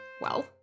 Well